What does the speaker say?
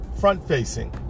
front-facing